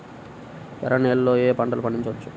ఎర్ర నేలలలో ఏయే పంటలు పండించవచ్చు?